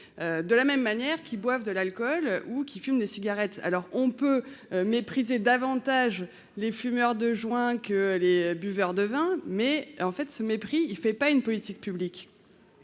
de la même manière qu'ils boivent de l'alcool ou fument des cigarettes. On peut mépriser davantage les fumeurs de joints que les buveurs de vin, mais ce mépris ne constitue pas une politique publique.